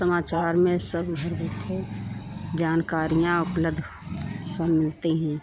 समाचार में सब घर बैठे जानकारियाँ उपलब्ध सब मिलती हैं